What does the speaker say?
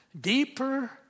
deeper